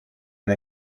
and